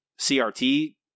CRT